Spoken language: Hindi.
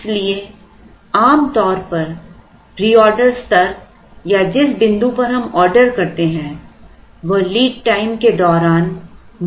इसलिए आम तौर पर रीऑर्डर स्तर या जिस बिंदु पर हम ऑर्डर करते हैं वह लीड टाइम के दौरान मांग के बराबर होता है